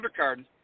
undercard